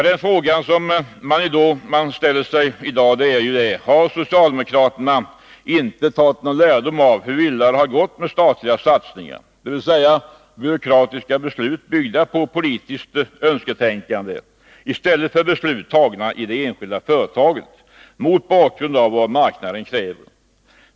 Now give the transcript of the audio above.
Den fråga som man ställer sig i dag är: Har socialdemokraterna inte tagit någon lärdom av hur illa det gått med de statliga satsningarna, dvs. med byråkratiska beslut, byggda på politiskt önsketänkande, i stället för beslut fattade i det enskilda företaget mot bakgrund av vad marknaden kräver?